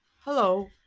Hello